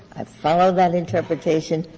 i followed that interpretation,